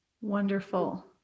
Wonderful